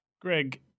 greg